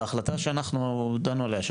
בהחלטה שאנחנו דנו עליה,